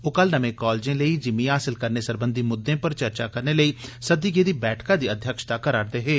ओ कल नमें कालजें लेई जिमी हासल करने सरबंधी म्दें पर चर्चा करने लेई सद्दी गेदी बैठका दी अध्यक्षता करा रदे हे